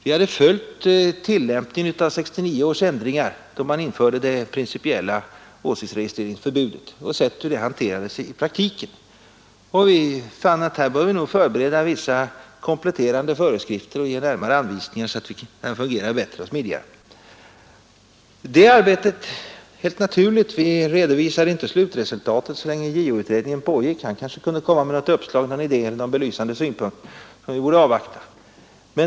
Vi hade följt tillämpningen av 1969 års ändringar, då man införde det principiella förbudet mot åsiktsregistrering och sett hur det fungerade i praktiken. Vi fann att vi här borde förbereda vissa kompletterande föreskrifter och ge närmare anvisningar så att allt skulle fungera bättre och smidigare. Vi redovisade helt naturligt inte slutresultatet så länge JO-utredningen pågick — han kunde kanske komma med något uppslag eller en idé eller med någon belysande synpunkt som vi borde avvakta.